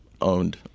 Owned